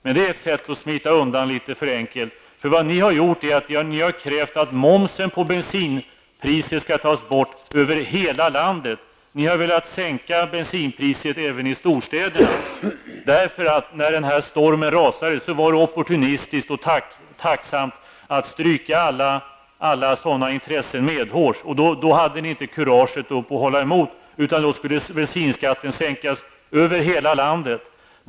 Men det är ett litet för enkelt sätt att smita undan. Ni har krävt att momsen på bensinpriset skall tas bort över hela landet och även i storstäderna. När den här stormen rasade var det opportunistiskt och tacksamt att stryka alla sådana intressen medhårs. Ni hade inte kurage att hålla emot, utan då skulle bensinskatten sänkas över hela landet.